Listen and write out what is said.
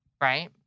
Right